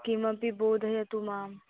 किमपि बोधयतु माम्